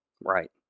Right